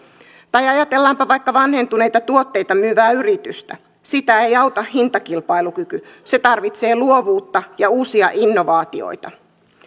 tai ajatellaanpa vaikka vanhentuneita tuotteita myyvää yritystä sitä ei auta hintakilpailukyky se tarvitsee luovuutta ja uusia innovaatioita